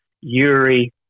Yuri